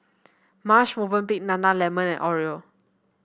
Marche Movenpick Nana Lemon and Oreo